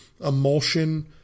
emulsion